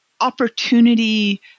opportunity